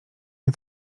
nie